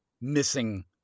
missing